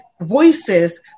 voices